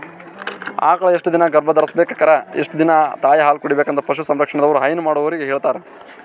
ಆಕಳ್ ಎಷ್ಟ್ ದಿನಾ ಗರ್ಭಧರ್ಸ್ಬೇಕು ಕರಾ ಎಷ್ಟ್ ದಿನಾ ತಾಯಿಹಾಲ್ ಕುಡಿಬೆಕಂತ್ ಪಶು ಸಂರಕ್ಷಣೆದವ್ರು ಹೈನಾ ಮಾಡೊರಿಗ್ ಹೇಳಿರ್ತಾರ್